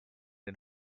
and